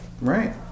Right